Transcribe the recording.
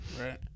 Right